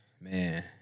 man